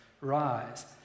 Rise